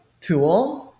tool